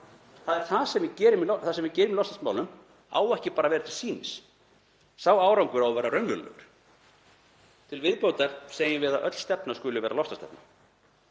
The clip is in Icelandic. Það sem við gerum í loftslagsmálum á ekki bara að vera til sýnis. Sá árangur á að vera raunverulegur. Til viðbótar segjum við að öll stefna skuli vera loftslagsstefna.